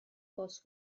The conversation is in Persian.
باز